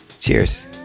Cheers